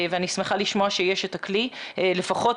אני שמחה לשמוע שיש את הכלי לפחות